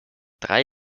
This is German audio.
drei